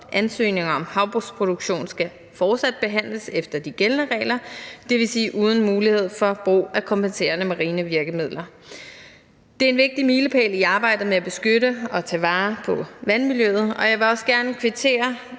år. Ansøgninger om havbrugsproduktion skal fortsat behandles efter de gældende regler, og det vil sige uden mulighed for brug af kompenserende marine virkemidler. Det er en vigtig milepæl i arbejdet med at beskytte og tage vare på vandmiljøet, og jeg vil også gerne kvittere